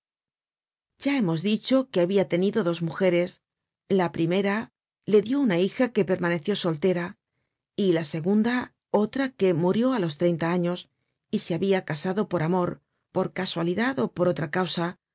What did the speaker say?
ya hemos dicho que habia tenido dos mujeres la primera le dió una hija que permaneció soltera y la segunda otra que murió á los treinta años y se habia casado por amor por casualidad ó por otra causa